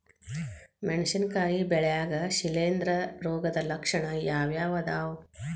ಮೆಣಸಿನಕಾಯಿ ಬೆಳ್ಯಾಗ್ ಶಿಲೇಂಧ್ರ ರೋಗದ ಲಕ್ಷಣ ಯಾವ್ಯಾವ್ ಅದಾವ್?